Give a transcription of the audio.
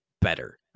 better